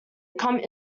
become